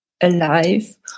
alive